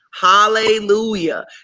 Hallelujah